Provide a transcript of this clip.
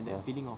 yes